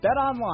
BetOnline